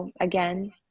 again